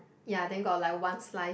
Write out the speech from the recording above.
ya then got like one slice